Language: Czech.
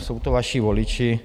Jsou to vaši voliči.